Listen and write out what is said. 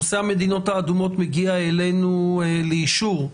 נושא המדינות האדומות מגיע אלינו לאישור,